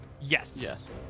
Yes